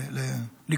כמובן,